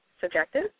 subjective